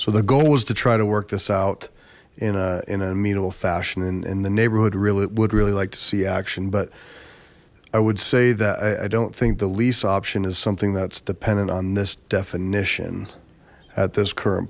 so the goal is to try to work this out in an immutable fashion and the neighborhood really would really like to see action but i would say that i don't think the lease option is something that's dependent on this definition at this current